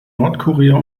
nordkorea